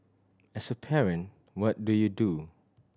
as a parent what do you do